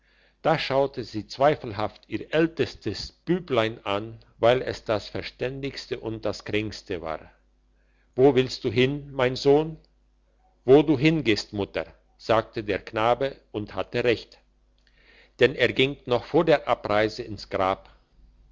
da schaute sie zweifelhaft ihr ältestes büblein an weil es das verständigste und das kränkste war wo willst du hin mein sohn wo du hingehst mutter sagte der knabe und hatte recht denn er ging noch vor der abreise ins grab